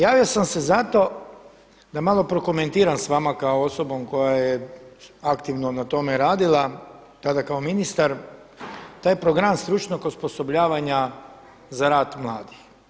Javio sam se zato da malo prokomentiram sa vama kao osobom koja je aktivno na tome radila tada kao ministar, taj program stručnog osposobljavanja za rad mladih.